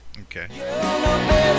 Okay